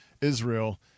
Israel